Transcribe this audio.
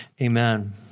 Amen